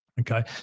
Okay